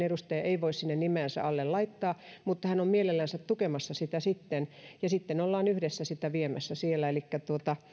edustaja ei voi nimeänsä sinne alle laittaa mutta koska hän on mielellänsä tukemassa sitä niin sitten ollaan yhdessä viemässä sitä siellä elikkä